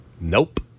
Nope